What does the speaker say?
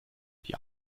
die